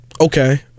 Okay